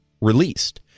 released